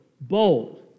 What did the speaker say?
bold